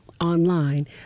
online